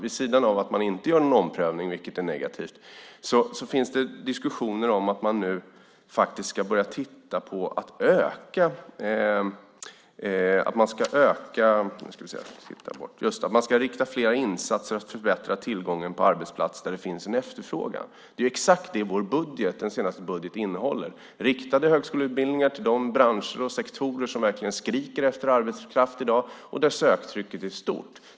Vid sidan av att man inte gör någon omprövning, vilket är negativt, finns det diskussioner om att man nu ska börja titta på att rikta flera insatser mot att förbättra tillgången på arbetskraft där det finns en efterfrågan. Det är exakt det vår senaste budget innehåller: Riktade högskoleutbildningar till de branscher och sektorer som verkligen skriker efter arbetskraft i dag och där söktrycket är stort.